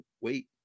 wait